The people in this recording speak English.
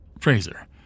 Fraser